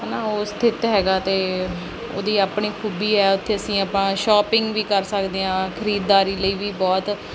ਹੈ ਨਾ ਉਹ ਸਥਿਤ ਹੈਗਾ ਅਤੇ ਉਹਦੀ ਆਪਣੀ ਖੂਬੀ ਹੈ ਉੱਥੇ ਅਸੀਂ ਆਪਾਂ ਸ਼ੋਪਿੰਗ ਵੀ ਕਰ ਸਕਦੇ ਹਾਂ ਖਰੀਦਦਾਰੀ ਲਈ ਵੀ ਬਹੁਤ